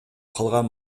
калган